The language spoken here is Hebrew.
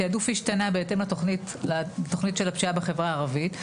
אז התיעדוף השתנה בהתאם לתכנית של הפשיעה בחברה הערבית.